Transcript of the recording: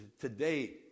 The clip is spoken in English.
today